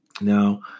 Now